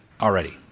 Already